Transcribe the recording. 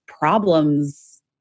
problems